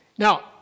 Now